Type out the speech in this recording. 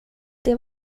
det